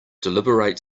deliberate